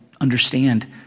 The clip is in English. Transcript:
understand